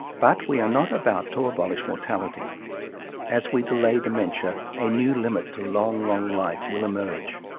but we are not about to abolish mortality as we delay dementia, a new limit to long, long life will emerge.